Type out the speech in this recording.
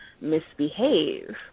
misbehave